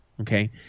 okay